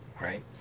right